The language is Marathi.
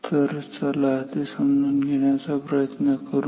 तर चला ते समजून घेण्याचा प्रयत्न करू